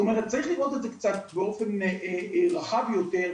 זאת אומרת צריך לראות את זה קצת באופן רחב יותר,